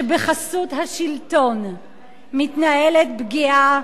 שבחסות השלטון מתנהלת פגיעה,